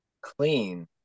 clean